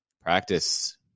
practice